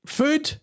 food